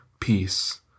peace